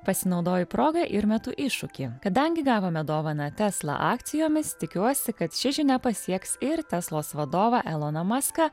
pasinaudoju proga ir metu iššūkį kadangi gavome dovaną tesla akcijomis tikiuosi kad ši žinia pasieks ir teslos vadovą eloną maską